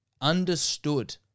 Understood